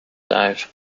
dive